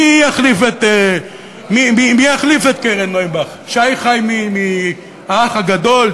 מי יחליף את קרן נויבך, שי חי מ"האח הגדול"?